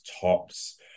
tops